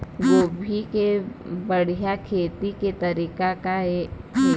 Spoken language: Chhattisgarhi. गोभी के बढ़िया खेती के तरीका का हे?